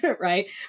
right